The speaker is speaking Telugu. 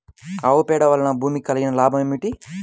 ఆవు పేడ వలన భూమికి కలిగిన లాభం ఏమిటి?